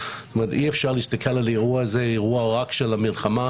אי אפשר להסתכל על האירוע הזה כאירוע של המלחמה,